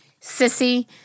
Sissy